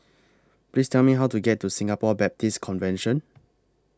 Please Tell Me How to get to Singapore Baptist Convention